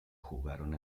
jugaron